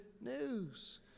news